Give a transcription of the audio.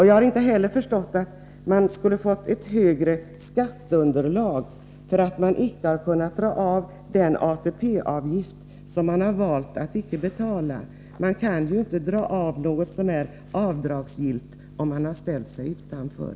Jag har inte heller förstått att man skulle kunna få ett högre skatteunderlag, därför att man inte har kunnat dra av den ATP-avgift som man har valt att icke betala. Man kan ju inte dra av något som är avdragsgillt, om man har ställt sig utanför.